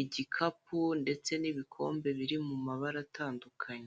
igikapu ndetse n'ibikombe biri mu mabara atandukanye.